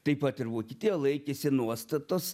taip pat ir vokietija laikėsi nuostatos